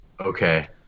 Okay